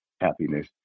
happiness